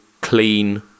clean